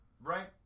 Right